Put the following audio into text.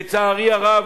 לצערי הרב,